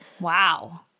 Wow